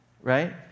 Right